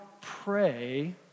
pray